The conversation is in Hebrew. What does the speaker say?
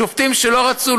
שופטים שלא רצו,